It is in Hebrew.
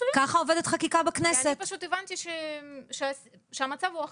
אני פשוט הבנתי שהמצב הוא אחר,